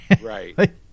Right